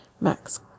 Max